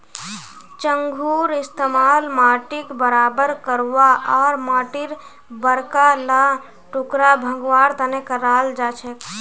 चंघूर इस्तमाल माटीक बराबर करवा आर माटीर बड़का ला टुकड़ा भंगवार तने कराल जाछेक